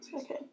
okay